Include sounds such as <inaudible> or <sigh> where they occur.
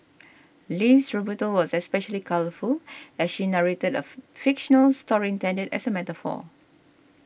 Lee's rebuttal was especially colourful as she narrated a <unintelligible> fictional story intended as a metaphor